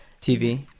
TV